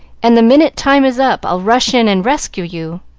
and the minute time is up i'll rush in and rescue you.